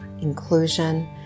inclusion